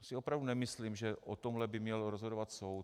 Já si opravdu nemyslím, že o tomhle by měl rozhodovat soud.